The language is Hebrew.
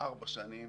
ארבע שנים